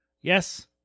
yes